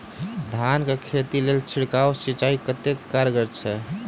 धान कऽ खेती लेल छिड़काव सिंचाई कतेक कारगर छै?